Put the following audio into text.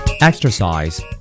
Exercise